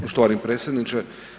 Poštovani predsjedniče.